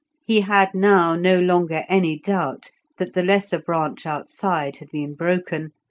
he had now no longer any doubt that the lesser branch outside had been broken,